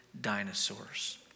dinosaurs